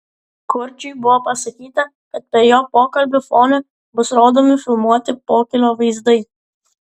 kurčiui buvo pasakyta kad per jo pokalbį fone bus rodomi filmuoti pokylio vaizdai